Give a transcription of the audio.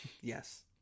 Yes